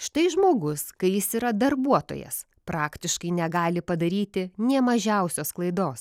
štai žmogus kai jis yra darbuotojas praktiškai negali padaryti nė mažiausios klaidos